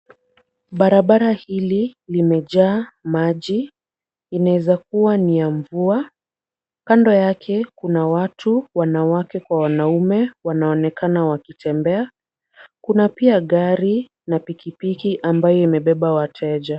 Barabara hili limejaa maji inaweza kuwa ni ya mvua, kando yake kuna watu wanawake kwa wanaume wanaonekana wakitembea kuna pia gari na pikipiki ambayo imebeba wateja.